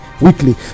weekly